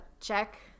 check